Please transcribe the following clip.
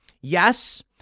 yes